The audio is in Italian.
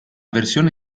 versione